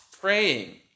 praying